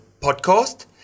podcast